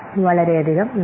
വളരെയധികം നന്ദി